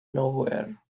nowhere